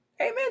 Amen